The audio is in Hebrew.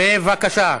בבקשה.